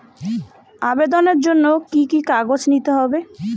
আবেদনের জন্য কি কি কাগজ নিতে হবে?